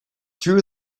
true